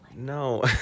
No